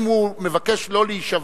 אם הוא מבקש לא להישבע,